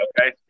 okay